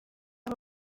aho